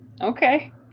Okay